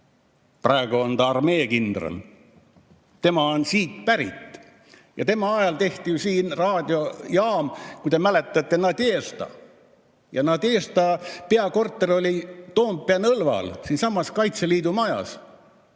praegu on ta armeekindral. Tema on siit pärit ja tema ajal tehti siin raadiojaam, kui te mäletate, Nadežda, ja selle peakorter oli Toompea nõlval siinsamas Kaitseliidu majas.